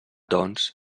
doncs